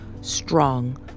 strong